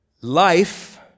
life